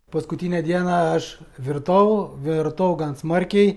paskutinę dieną aš virtau virtau gan smarkiai